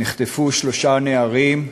נחטפו שלושה נערים,